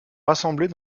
rassemblées